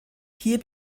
hier